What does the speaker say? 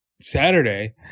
Saturday